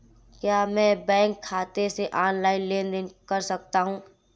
क्या मैं बैंक खाते से ऑनलाइन लेनदेन कर सकता हूं?